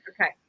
Okay